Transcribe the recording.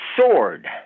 sword